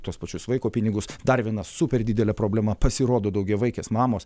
tuos pačius vaiko pinigus dar viena super didelė problema pasirodo daugiavaikės mamos